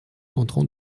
entrant